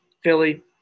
Philly